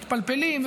מתפלפלים,